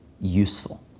useful